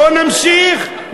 בוא נמשיך,